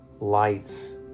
lights